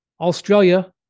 Australia